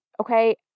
okay